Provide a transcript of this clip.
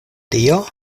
tio